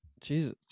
Jesus